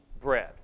bread